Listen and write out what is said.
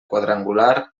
quadrangular